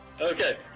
Okay